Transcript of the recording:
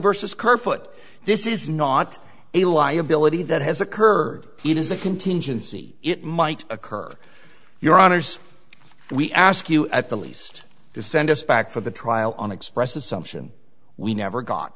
versus kerfoot this is not a liability that has occurred it is a contingency it might occur your honour's we ask you at the least to send us back for the trial on express assumption we never go